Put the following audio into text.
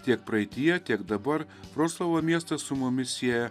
tiek praeityje tiek dabar vroclavo miestą su mumis sieja